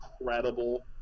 incredible